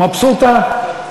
מבסוטה?